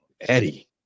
Eddie